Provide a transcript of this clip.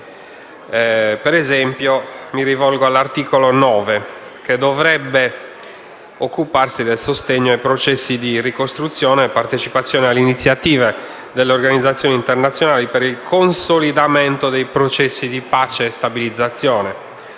ad esempio, all'articolo 9, che dovrebbe occuparsi del sostegno ai processi di ricostruzione e partecipazione alle iniziative delle organizzazioni internazionali per il consolidamento dei processi di pace e stabilizzazione.